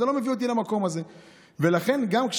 כלומר,